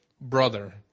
brother